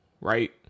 right